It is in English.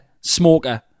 Smoker